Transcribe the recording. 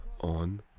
on